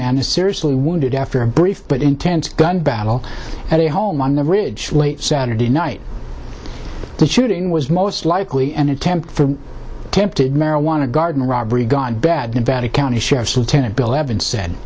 man is seriously wounded after a brief but intense gun battle at a home on a ridge late saturday night the shooting was most likely an attempt for attempted marijuana garden robbery gone bad nevada county sheriff's lieutenant bill evans said